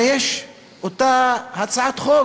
הרי יש אותה הצעת חוק,